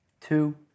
two